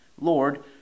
Lord